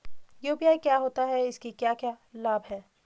UPI क्या होता है इसके क्या क्या लाभ हैं?